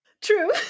True